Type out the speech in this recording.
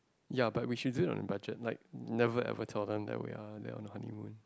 ya but we should do it on a budget like never ever tell them that we are on a honeymoon